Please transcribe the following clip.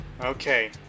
Okay